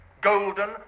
Golden